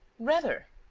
rather!